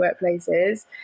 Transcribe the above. workplaces